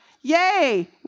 yay